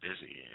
busy